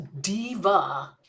diva